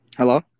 Hello